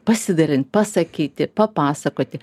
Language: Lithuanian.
pasidalint pasakyti papasakoti